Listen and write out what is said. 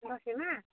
दसैँमा